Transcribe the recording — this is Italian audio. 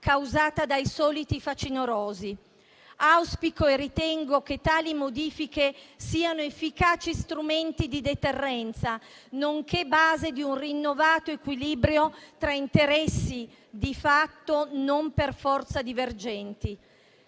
causata dai soliti facinorosi. Auspico e ritengo che tali modifiche siano efficaci strumenti di deterrenza, nonché base di un rinnovato equilibrio tra interessi, di fatto non per forza divergenti.